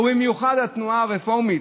או במיוחד התנועה הרפורמית,